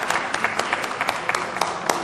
(מחיאות כפיים)